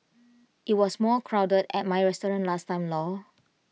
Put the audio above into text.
IT was more crowded at my restaurant last time lor